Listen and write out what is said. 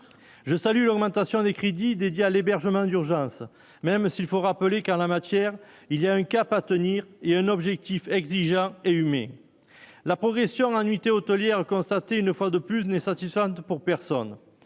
je salue l'augmentation des crédits dédiés à l'hébergement d'urgence, même s'il faut rappeler, car la matière, il y a un cap à tenir et un objectif exigeant et Hummer, la progression en nuitées hôtelières constater une fois de plus n'est satisfaisante pour personne